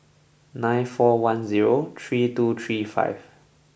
nine four one zero three two three five